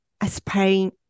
aspiring